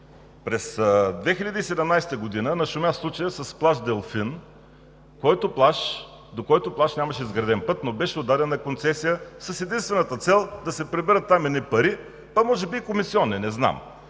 През 2017 г. нашумя случаят с плаж „Делфин“, до който плаж нямаше изграден път, но беше отдаден на концесия с единствената цел да се приберат едни пари, а може би и комисионни – не знам.